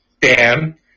Dan